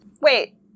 Wait